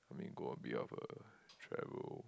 or maybe go a bit of a travel